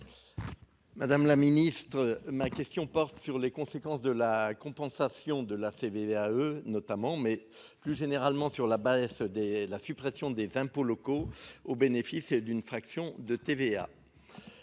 Madame la ministre ma question porte sur les conséquences de la compensation de la CVAE notamment mais plus généralement sur la baisse des la suppression des impôts locaux au bénéfice d'une fraction de TVA.